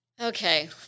Okay